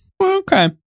Okay